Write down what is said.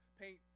paint